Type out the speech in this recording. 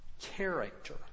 Character